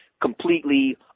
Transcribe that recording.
completely